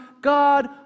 God